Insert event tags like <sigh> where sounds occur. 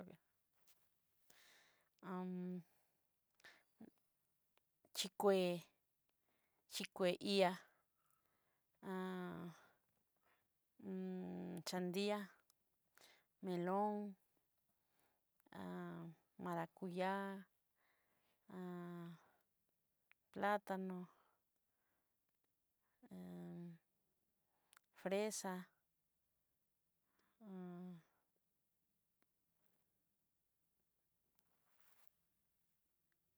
<hesitation> xhikué xhikué ihá <hesitation> chandia, melón <hesitation> rakuyá <hesitation> platano <hesitation> fresa. <hesitation>